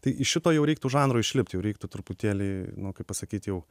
tai iš šito jau reiktų žanro išlipt jau reiktų truputėlį nu kaip pasakyt jau